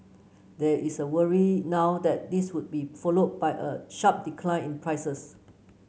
there is a worry now that this would be followed by a sharp decline in prices